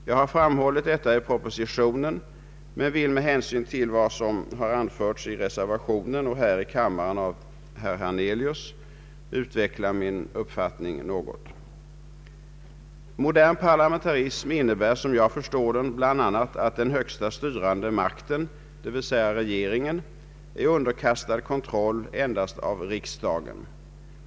Jag har framhållit detta i propositionen men vill med hänsyn till vad som har anförts i reservationen och här i kammaren av herr Hernelius utveckla min uppfattning något. Modern parlamentarism innebär, som jag förstår den, bl.a. att den högsta styrande makten, d.v.s. regeringen, är underkastad kontroll endast av riksdagen.